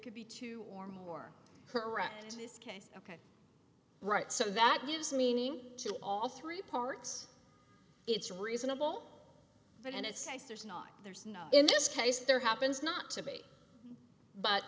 could be two or more correct in this case ok right so that gives meaning to all three parts it's reasonable but and it says there's not there's no in this case there happens not to be but